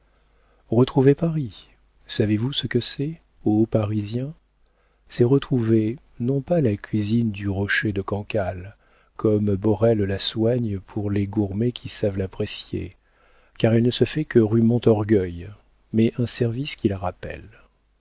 retrouver paris savez-vous ce que c'est ô parisiens c'est retrouver non pas la cuisine du rocher de cancale comme borel la soigne pour les gourmets qui savent l'apprécier car elle ne se fait que rue montorgueil mais un service qui la rappelle